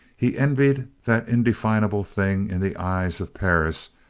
he envied that indefinable thing in the eyes of perris,